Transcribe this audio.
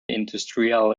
industrial